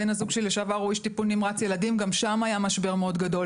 בן הזוג שלי לשעבר הוא איש טיפול נמרץ ילדים וגם שם היה משבר מאוד גדול